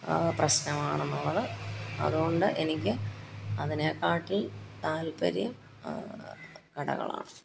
പ്രശ്നമാണെന്നുള്ളത് അതുകൊണ്ട് എനിക്ക് അതിനെക്കാട്ടിൽ താൽപര്യം കടകളാണ്